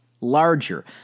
larger